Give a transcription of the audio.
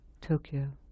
Tokyo